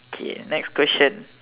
okay next question